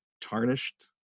tarnished